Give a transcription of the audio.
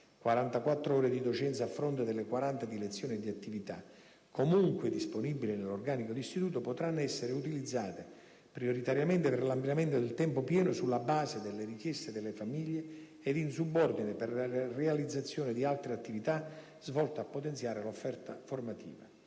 (44 ore di docenza a fronte delle 40 di lezioni e di attività), comunque disponibili nell'organico di istituto, potranno essere utilizzate prioritariamente per l'ampliamento del tempo pieno sulla base delle richieste delle famiglie e, in subordine, per la realizzazione di altre attività volte a potenziare l'offerta formativa